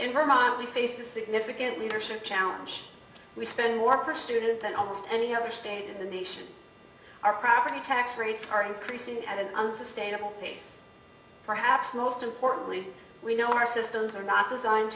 in vermont we face a significant leadership challenge we spend more per student than almost any other state in the nation our property tax rates are increasing at an unsustainable pace perhaps most importantly we know our systems are not designed